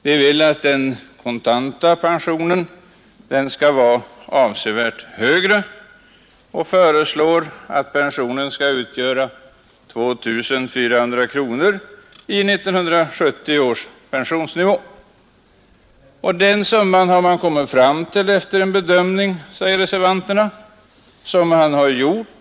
De vill att den kontanta pensionen skall vara avsevärt högre och föreslår att pensionen skall utgöra 2400 kronor i 1970 års pensionsnivå. Den summan har man kommit fram till efter en bedömning, säger reservanterna, som man har gjort.